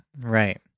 Right